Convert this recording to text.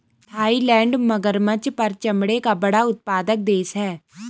Thailand मगरमच्छ पर चमड़े का बड़ा उत्पादक देश है